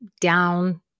down